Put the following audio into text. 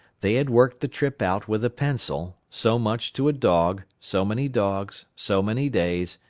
they had worked the trip out with a pencil, so much to a dog, so many dogs, so many days,